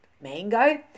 mango